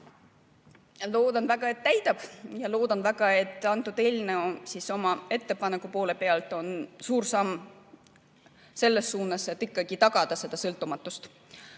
Loodan väga, et täidab, ja loodan väga, et antud eelnõu oma ettepaneku poole pealt on suur samm selles suunas, et ikkagi tagada seda sõltumatust.